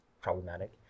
problematic